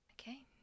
Okay